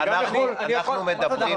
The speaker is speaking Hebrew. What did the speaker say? מה זאת אומרת?